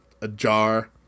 ajar